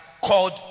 called